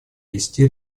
ввести